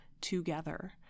together